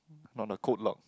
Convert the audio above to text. not a code lock